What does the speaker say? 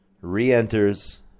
re-enters